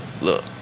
Look